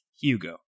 Hugo